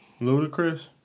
Ludacris